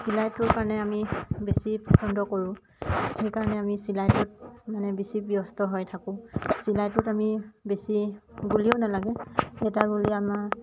চিলাইটোৰ কাৰণে আমি বেছি পচন্দ কৰোঁ সেইকাৰণে আমি চিলাইটোত মানে বেছি ব্যস্ত হৈ থাকোঁ চিলাইটোত আমি বেছি বুলিও নালাগে